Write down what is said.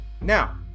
Now